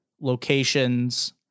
locations